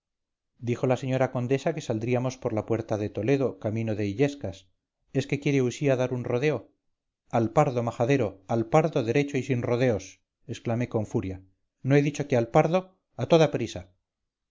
dijo la señora condesa que saldríamos por la puerta de toledo camino de illescas es que quiere usía dar un rodeo al pardo majadero al pardo derecho y sin rodeos exclamé con furia no he dicho que al pardo a toda prisa